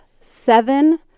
seven